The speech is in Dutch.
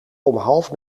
half